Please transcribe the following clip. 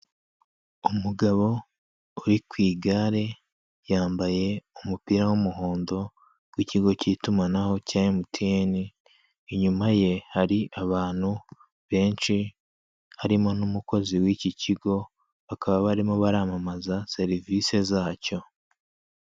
Umugabo uri ku igare, yambaye umupira w'umuhondo, w'ikigo cy'itumanaho cya emutiyeni, inyuma ye hari abantu benshi, harimo n'umukozi w'iki kigo, bakaba barimo baramamaza serivisi zacyo.